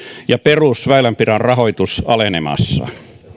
ja perusväylänpidon rahoitus alenemassa